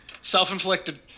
Self-inflicted